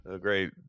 great